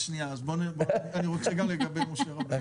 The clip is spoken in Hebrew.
אז שנייה, אני רוצה גם לגבי משה רבנו.